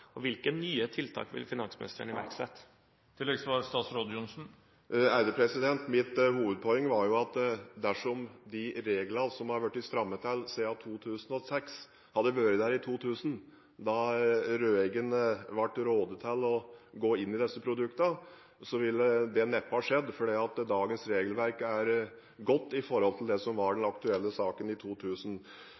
Og hvilke nye tiltak vil finansministeren iverksette? Mitt hovedpoeng var at dersom de reglene som har blitt strammet til siden 2006, hadde vært der i 2000 – da Røeggen ble rådet til å gå inn i disse produktene – ville det neppe ha skjedd, for dagens regelverk er godt med tanke på den aktuelle saken i 2000.